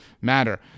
matter